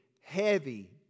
heavy